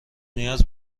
نیاز